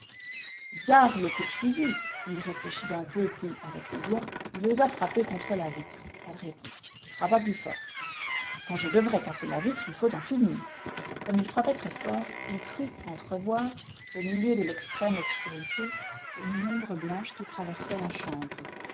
gare le coup de fusil il réfléchit un peu puis avec le doigt il osa frapper contre la vitre pas de réponse il frappa plus fort quand je devrais casser la vitre il faut en finir comme il frappait très fort il crut entrevoir au milieu de l'extrême obscurité comme une ombre blanche qui traversait la chambré